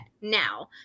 now